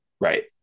Right